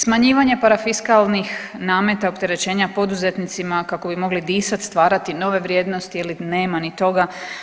Smanjivanje parafiskalnih nameta opterećenja poduzetnicima kako bi mogli disati, stvarati nove vrijednosti je li nema ni toga.